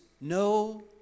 no